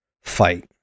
fight